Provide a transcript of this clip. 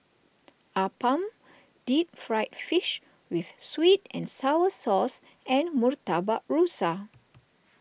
Appam Deep Fried Fish with Sweet and Sour Sauce and Murtabak Rusa